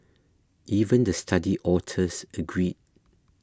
even the study authors agreed